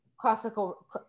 classical